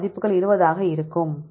எனவே மதிப்புகள் 20 ஆக இருக்கும்